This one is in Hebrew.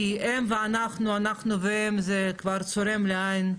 כי הם ואנחנו, אנחנו והם, זה כבר צורם לעין,